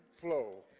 flow